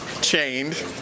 chained